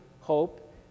hope